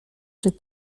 czy